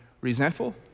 resentful